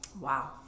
Wow